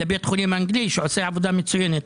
לבית החולים האנגלי שעושה עבודה מצוינת,